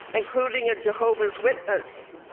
and including a jehovah's witness.